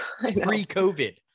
Pre-COVID